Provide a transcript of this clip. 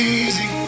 easy